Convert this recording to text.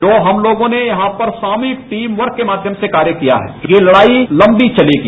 जो हम लोगो ने यहाँ पर टीम वर्क के माध्यम से कार्य किया है ये लड़ाई लम्बी चलेगी